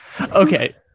Okay